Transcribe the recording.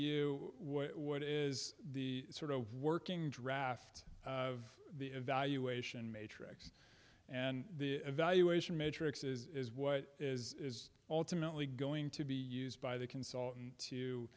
you what is the sort of working draft of the evaluation matrix and the evaluation matrix is what is ultimately going to be used by the consultant